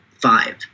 five